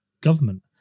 government